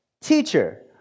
teacher